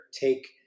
take